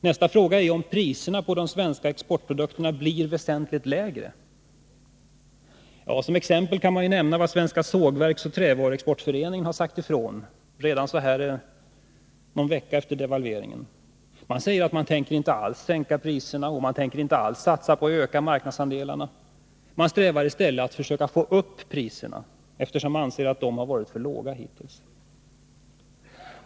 Nästa fråga är om priserna på de svenska exportprodukterna blir väsentligt lägre. Som exempel kan man nämna vad Svenska sågverksoch trävaruexpotföreningen har sagt ifrån redan någon vecka efter devalveringen. Man säger åt man inte alls tänker sänka priserna och inte alls tänker satsa på att öka marknalsandelarna. Man strävar i stället efter att få upp priserna, eftersom man anser att de har varit för låga hittills.